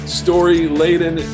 story-laden